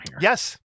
Yes